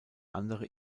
andere